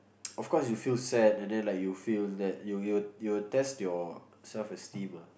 of course you feel sad and then like you feel that you you will test your self esteem ah